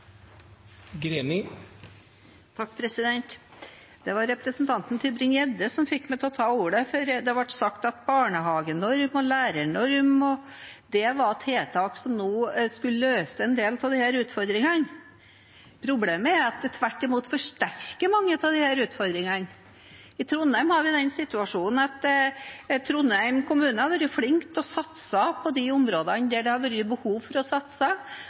Det var representanten Mathilde Tybring-Gjedde som fikk meg til å ta ordet, for det ble sagt at barnehagenorm og lærernorm var tiltak som nå skulle løse en del av disse utfordringene. Problemet er at det tvert imot forsterker mange av utfordringene. I Trondheim har vi den situasjonen at kommunen har vært flink til å satse på de områdene der det har vært behov for å satse,